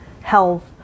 health